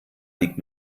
liegt